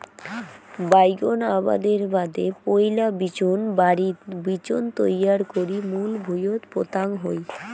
বাইগোন আবাদের বাদে পৈলা বিচোনবাড়িত বিচোন তৈয়ার করি মূল ভুঁইয়ত পোতাং হই